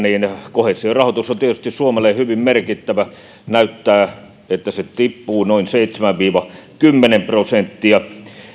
koheesiorahoitus on tietysti suomelle hyvin merkittävä näyttää että se tippuu noin seitsemän viiva kymmenen prosenttia